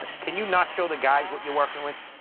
can you not show the guys what you're working with?